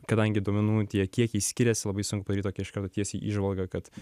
kadangi duomenų tie kiekiai skiriasi labai sunku padaryt tokią iš karto tiesiai įžvalgą kad